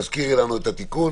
תזכירי לנו את התיקון.